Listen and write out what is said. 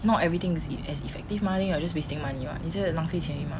not everything is eh as effective mah you're just wasting money [what] 你这样子浪费钱而已 mah